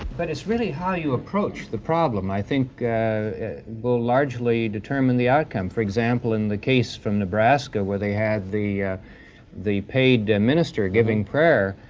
but it's really how you approach the problem. i think it will largely determine the outcome. for example, in the case from nebraska where they had the the paid minister giving prayer,